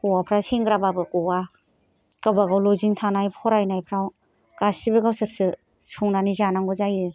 हौवाफ्रा सेंग्राबाबो गवा गाव बागाव लजिं थानाय फरायनायफ्राव गासैबो गावसोरसो संनानै जानांगौ जायो